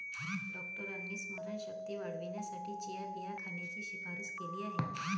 डॉक्टरांनी स्मरणशक्ती वाढवण्यासाठी चिया बिया खाण्याची शिफारस केली आहे